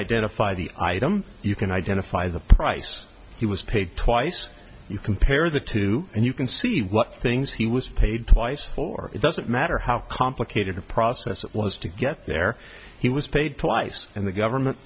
identify the item you can identify the price he was paid twice you compare the two and you can see what things he was paid twice for it doesn't matter how complicated the process was to get there he was paid twice and the government